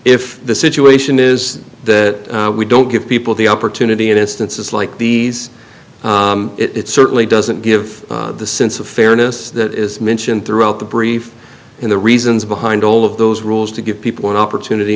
if the situation is that we don't give people the opportunity in instances like these it certainly doesn't give the sense of fairness that is mentioned throughout the brief in the reasons behind all of those rules to give people an opportunity